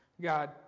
God